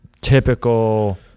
typical